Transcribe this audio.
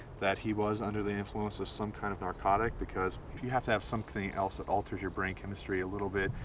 that he was under the influence of some kind of narcotic. because you have to have something else that alters your brain chemistry a little bit,